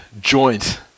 joint